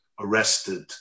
arrested